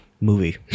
movie